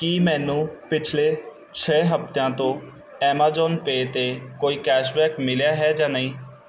ਕੀ ਮੈਨੂੰ ਪਿਛਲੇ ਛੇ ਹਫਤਿਆਂ ਤੋਂ ਐਮਾਜ਼ਾਨ ਪੇਅ 'ਤੇ ਕੋਈ ਕੈਸ਼ਬੈਕ ਮਿਲਿਆ ਹੈ ਜਾਂ ਨਹੀਂ